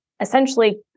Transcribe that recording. essentially